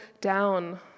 down